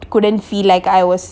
couldn't feel like I was